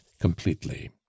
completely